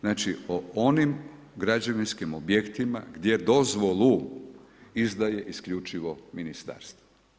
Znači o onim građevinskim objektima gdje dozvolu izdaje isključivo ministarstvo.